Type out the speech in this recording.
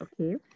Okay